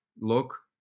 Look